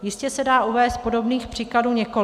Jistě se dá uvést podobných příkladů několik.